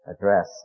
address